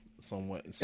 somewhat